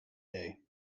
day